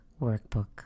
Workbook